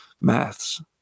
maths